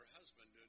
husband